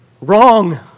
Wrong